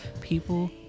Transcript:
people